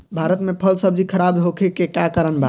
भारत में फल सब्जी खराब होखे के का कारण बा?